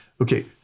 okay